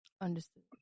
Understood